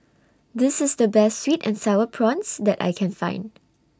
This IS The Best Sweet and Sour Prawns that I Can Find